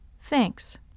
Thanks